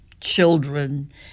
children